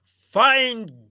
find